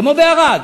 כמו בערד,